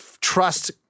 trust